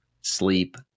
sleep